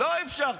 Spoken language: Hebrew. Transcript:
לא אפשרתם.